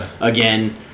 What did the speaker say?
again